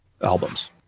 albums